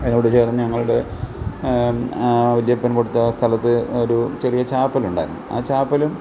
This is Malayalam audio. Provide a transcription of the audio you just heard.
അതിനോട് ചേർന്ന് ഞങ്ങളുടെ വല്യപ്പൻ കൊടുത്ത സ്ഥലത്ത് ഒരു ചെറിയ ചാപ്പലുണ്ടായിരുന്നു ആ ചാപ്പലും